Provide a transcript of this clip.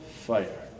fire